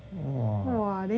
!wah!